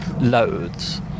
loads